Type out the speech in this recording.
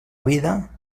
vida